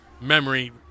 memory